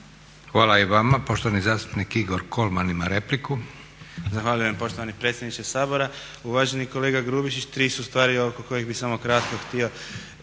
Hvala i vama. Poštovani zastupnik Igor Kolman ima repliku. **Kolman, Igor (HNS)** Zahvaljujem poštovani predsjedniče Sabora. Uvaženi kolega Grubišić, tri su stvari oko kojih bi samo kratko htio.